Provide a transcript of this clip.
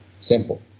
Simple